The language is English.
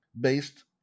based